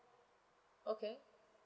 okay